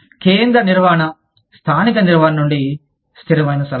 కేంద్ర నిర్వహణ స్థానిక నిర్వహణ నుండి స్థిరమైన సలహా